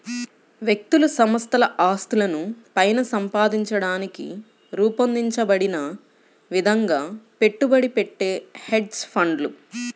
వ్యక్తులు సంస్థల ఆస్తులను పైన సంపాదించడానికి రూపొందించబడిన విధంగా పెట్టుబడి పెట్టే హెడ్జ్ ఫండ్లు